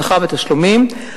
שכר ותשלומים,